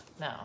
no